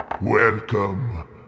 Welcome